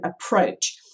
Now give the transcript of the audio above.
approach